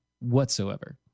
whatsoever